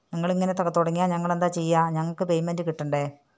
നിങ്ങളിങ്ങനെ തുടങ്ങിയാൽ ഞങ്ങളെന്താ ചെയ്യുക ഞങ്ങൾക്ക് പേയ്മെൻറ്റ് കിട്ടണ്ടേ